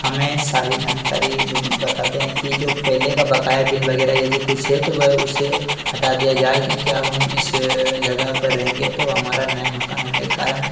हमें सारी जानकारी ब बताते हैं कि जो पहले का बकाया बिल वगैरह यदि कुछ है तो वह उसे हटा दिया जाए क्योंकि अब हम इस जगह पर रहेंगे तो हमारा नया माकन होने के कारण